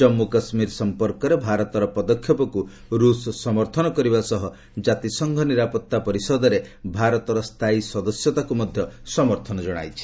ଜମ୍ମୁ କାଶ୍ମୀର ସମ୍ପର୍କରେ ଭାରତର ପଦକ୍ଷେପକୁ ରୁଷ୍ ସମର୍ଥନ କରିବା ସହ ଜାତିସଂଘ ନିରାପତ୍ତା ପରିଷଦରେ ଭାରତର ସ୍ଥାୟୀ ସଦସ୍ୟତାକୁ ମଧ୍ୟ ସମର୍ଥନ ଜଣାଇଛି